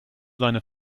seine